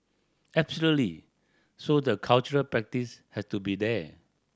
absolutely so the cultural practice has to be there